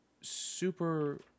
super